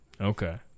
Okay